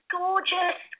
gorgeous